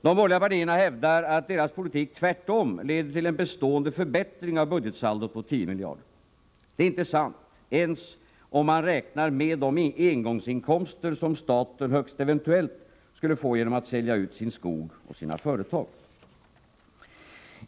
De borgerliga partierna hävdar att deras politik tvärtom leder till en bestående förbättring av budgetsaldot på 10 miljarder. Det är inte sant ens om man räknar med de engångsinkomster som staten högst eventuellt skulle få genom att sälja ut sin skog och sina företag.